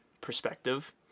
perspective